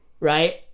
right